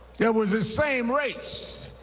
that was the same race.